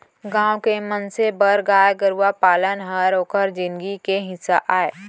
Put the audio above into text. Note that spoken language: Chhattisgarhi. गॉँव के मनसे बर गाय गरूवा पालन हर ओकर जिनगी के हिस्सा अय